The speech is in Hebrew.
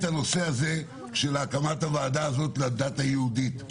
של הקמת הוועדה הזאת לדת היהודית.